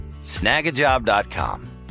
snagajob.com